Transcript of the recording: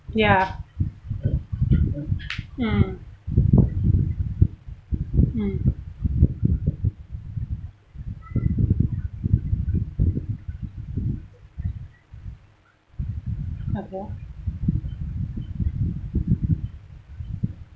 ya mm mm okay